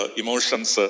emotions